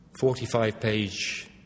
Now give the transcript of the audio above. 45-page